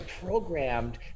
programmed